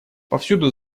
повсюду